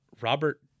Robert